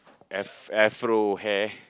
F Afro hair